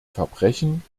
verbrechen